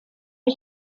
own